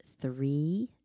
Three